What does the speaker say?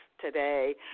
today